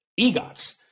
EGOTs